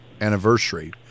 anniversary